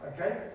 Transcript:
Okay